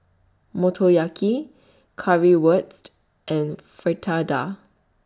Motoyaki Currywurst and Fritada